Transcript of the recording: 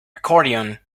accordion